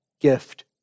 gift